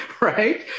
Right